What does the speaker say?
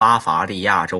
巴伐利亚州